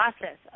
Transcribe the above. process